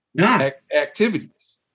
activities